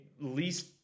least